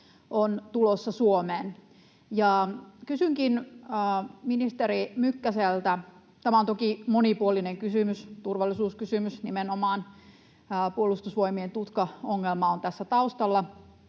on tulossa Suomeen. Kysynkin ministeri Mykkäseltä: Tämä on toki monipuolinen kysymys, turvallisuuskysymys nimenomaan — Puolustusvoimien tutkaongelma on tässä taustalla